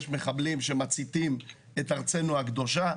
יש מחבלים שמציתים את ארצנו הקדושה.